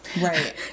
right